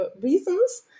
reasons